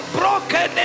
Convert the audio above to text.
broken